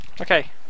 Okay